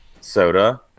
soda